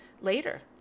later